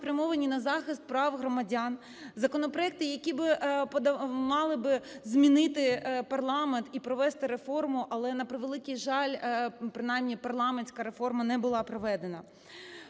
спрямовані на захист прав громадян. Законопроекти, які мали би змінити парламент і провести реформу, але, на превеликий жаль, принаймні парламентська реформа не була проведена.